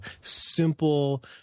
simple